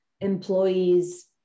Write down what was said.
employees